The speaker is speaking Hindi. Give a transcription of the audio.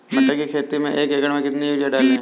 मटर की खेती में एक एकड़ में कितनी यूरिया डालें?